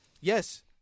yes